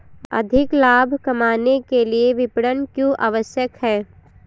अधिक लाभ कमाने के लिए विपणन क्यो आवश्यक है?